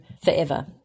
forever